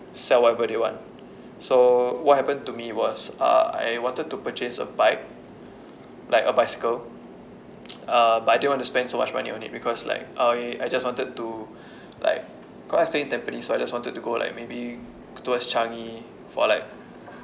sell whatever they want so what happened to me was uh I wanted to purchase a bike like a bicycle uh but I didn't want to spend so much money on it because like I I just wanted to like because I stay in tampines so I just wanted to go like maybe towards changi for like